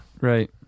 right